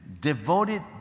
devoted